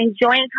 enjoying